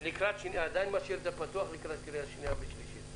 אני עדיין משאיר את זה פתוח לדיון לקראת שנייה ושלישית,